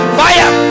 fire